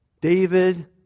David